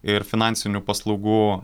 ir finansinių paslaugų